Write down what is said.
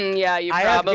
yeah, yeah ah but